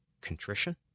contrition